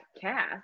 cast